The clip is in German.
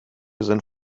sind